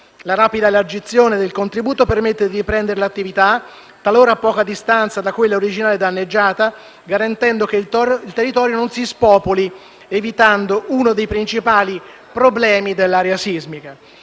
La rapida elargizione del contributo permetterà di riprendere l'attività, talora a poca distanza dal luogo originale danneggiato, garantendo che il territorio non si spopoli ed evitando uno dei principali problemi dell'area sismica.